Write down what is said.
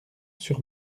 sur